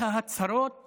ההצהרות